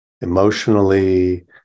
emotionally